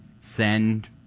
send